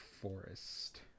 forest